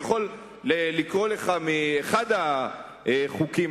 אני יכול לקרוא לך מאחד החוקים,